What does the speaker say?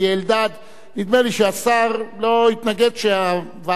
נדמה לי שהשר לא התנגד שהוועדה תמשיך לדון.